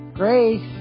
Grace